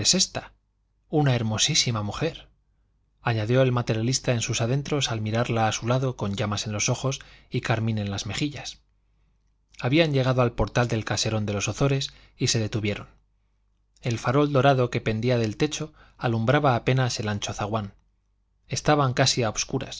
esta una hermosísima mujer añadió el materialista en sus adentros al mirarla a su lado con llamas en los ojos y carmín en las mejillas habían llegado al portal del caserón de los ozores y se detuvieron el farol dorado que pendía del techo alumbraba apenas el ancho zaguán estaban casi a obscuras